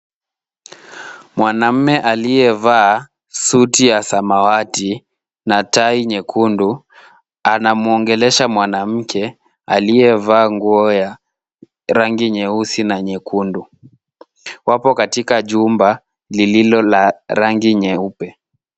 Mwanamme aliyevaa suti ya samawati na tai nyekundu, anamwongelesha mwanamke aliyevaa nguo ya rangi nyeusi na nyekundu. Wapo katika nyumba lililo la rangi nyeupe.